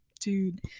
Dude